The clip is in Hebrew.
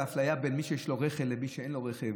על האפליה בין מי שיש לו רכב למי שאין לו רכב,